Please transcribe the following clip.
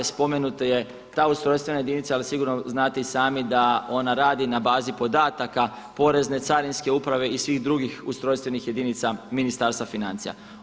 Spomenuta je ta ustrojstvena jedinica ali sigurno znate i sami da ona radi na bazi podataka porezne, carinske uprave i svih drugih ustrojstvenih jedinica Ministarstva financija.